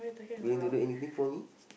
you want to do anything for me